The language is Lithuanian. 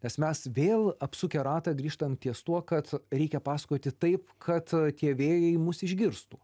nes mes vėl apsukę ratą grįžtant ties tuo kad reikia pasakoti taip kad tie vėjai mus išgirstų